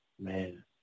Man